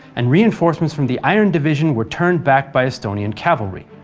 and reinforcements from the iron division were turned back by estonian cavalry.